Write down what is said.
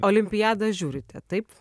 olimpiadą žiūrite taip